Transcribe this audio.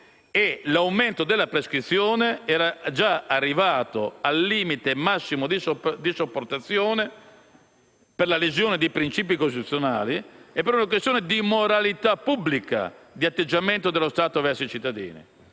l'aumento della prescrizione era già arrivato al limite massimo di sopportazione per la lesione di principi costituzionali e per una questione di moralità pubblica, di atteggiamento dello Stato verso i cittadini.